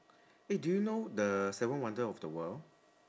eh do you know the seven wonder of the world